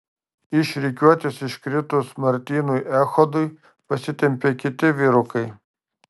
iš rikiuotės iškritus martynui echodui pasitempė kiti vyrukai